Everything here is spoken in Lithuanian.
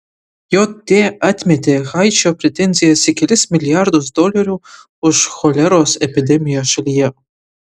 jt atmetė haičio pretenzijas į kelis milijardus dolerių už choleros epidemiją šalyje